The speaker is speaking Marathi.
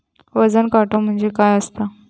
वजन काटो म्हणजे काय असता?